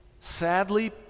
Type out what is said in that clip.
Sadly